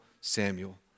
Samuel